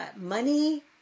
money